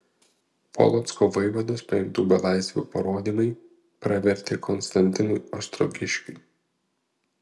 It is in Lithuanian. polocko vaivados paimtų belaisvių parodymai pravertė konstantinui ostrogiškiui